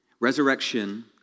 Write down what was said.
Resurrection